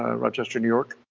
ah rochester, new york.